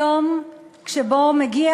היום שבו מודיע